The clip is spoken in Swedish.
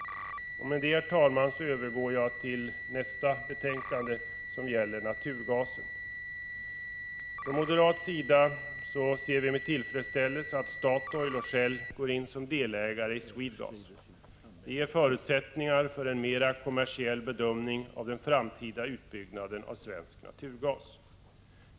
Med detta, herr talman, övergår jag till nästa betänkande, som gäller naturgasen. Från moderat sida ser vi med tillfredsställelse att Statoil och Shell går in som delägare i Swedegas. Det ger förutsättningar för en mer kommersiell bedömning av den framtida utbyggnaden av svensk naturgas.